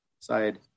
Side